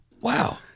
Wow